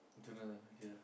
don't know okay ah